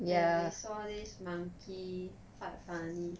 and we saw this monkey quite funny